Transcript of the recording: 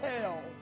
hell